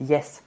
Yes